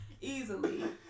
Easily